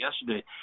yesterday